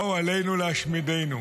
באו עלינו להשמידנו.